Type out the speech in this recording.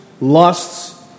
lusts